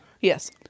yes